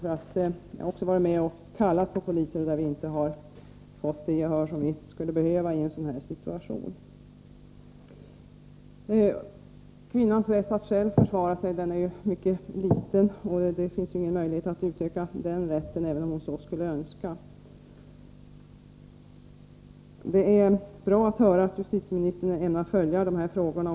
Jag har varit med om att kalla på polis och inte få det gehör vi skulle ha behövt i den aktuella situationen. Kvinnans rätt att själv försvara sig är mycket liten, och det finns ingen möjlighet att utöka den rätten, även om hon så skulle önska. Det är bra att justitieministern ämnar följa de här frågorna.